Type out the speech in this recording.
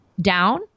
down